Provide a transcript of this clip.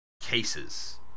cases